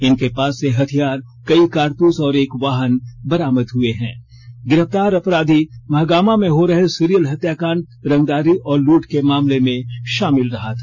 इनके पास से हथियार कई कारतूस और एक वाहन बरामद हुए हैं गिरफ्तार अपराधी महागामा में हो रहे सीरियल हत्याकांड रंगदारी और लूट के मामले में शामिल रहा था